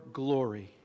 glory